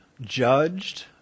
judged